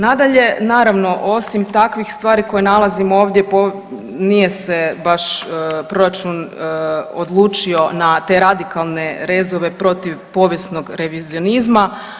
Nadalje, naravno osim takvih stvari koje nalazimo ovdje nije se baš proračun odlučio na te radikalne rezove protiv povijesnog revizionizma.